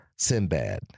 Sinbad